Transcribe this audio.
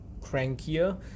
crankier